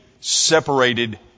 separated